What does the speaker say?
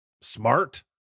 smart